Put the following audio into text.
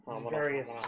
various